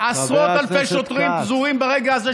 עשרות אלפי שוטרים פזורים ברגע זה,